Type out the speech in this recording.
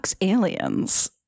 aliens